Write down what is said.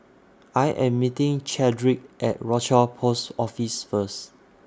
I Am meeting Chadrick At Rochor Post Office First